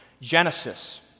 Genesis